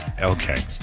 Okay